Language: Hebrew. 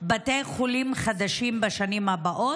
בתי חולים חדשים בשנים הבאות,